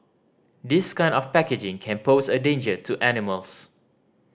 this kind of packaging can pose a danger to animals